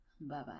Bye-bye